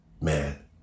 man